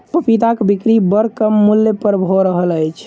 पपीताक बिक्री बड़ कम मूल्य पर भ रहल अछि